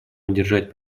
одержать